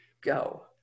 go